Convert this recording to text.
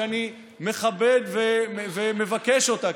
שאני מכבד ומבקש אותה,